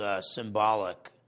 symbolic